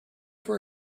for